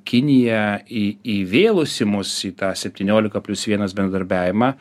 kinija į į vėlusi mus į tą septyniolika plius vienas bendradarbiavimą